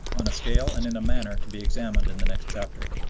on a scale and in a manner to be examined in the next chapter.